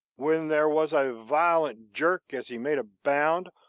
when there was a violent jerk as he made a bound,